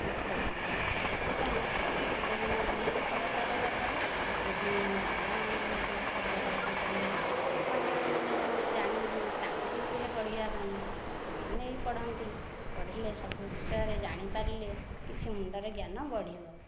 ଦୁଃଖ ହୁଏ ସେଥିପାଇଁ ପ୍ରତିଦିନ ମୁଁ ଖବରକାଗଜ ପଢ଼େ ଏବଂ ମୋ ପିଲାମାନଙ୍କୁ ବି କୁହେ ଖବରକାଗଜ ପଢ଼ିବା ପାଇଁ ଅନ୍ୟମାନେ ଯେଉଁମାନେ ଜାଣିନାହାନ୍ତି ତାଙ୍କୁ ବି କୁହେ ପଢ଼ିବା ପାଇଁ ସେମାନେ ବି ପଢ଼ନ୍ତି ପଢ଼ିଲେ ସବୁ ବିଷୟରେ ଜାଣିପାରିଲେ କିଛି ମୁଣ୍ଡରେ ଜ୍ଞାନ ବଢ଼ିବ